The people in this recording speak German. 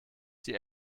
die